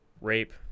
rape